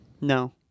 No